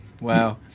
Wow